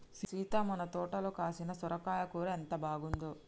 సీత మన తోటలో కాసిన సొరకాయ కూర ఎంత బాగుందో